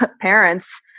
parents